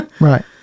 Right